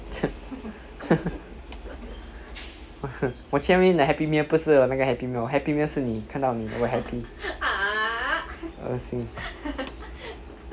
我去那边的 happy meal 不是有那个 happy meal happy meal 是你看到你我 happy 恶心